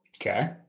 Okay